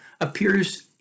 appears